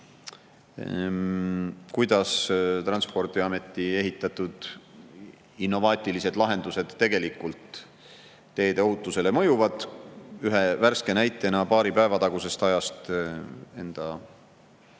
kuidas Transpordiameti ehitatud innovaatilised lahendused tegelikult teede ohutusele mõjuvad. Ühe värske näite toon paari päeva tagusest ajast oma